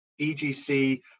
EGC